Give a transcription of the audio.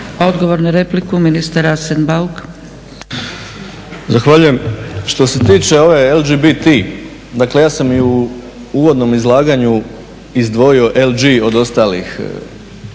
Odgovor na repliku, ministar Arsen Bauk. **Bauk, Arsen (SDP)** Zahvaljujem. Što se tiče ove LGBT, dakle ja sam i u uvodnom izlaganju izdvojio LG od ostalih